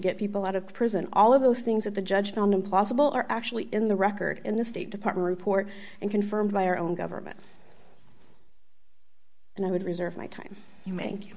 get people out of prison all of those things that the judge found impossible are actually in the record in the state department report and confirmed by our own government and i would reserve my time to make